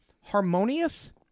Harmonious